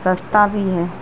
سستا بھی ہے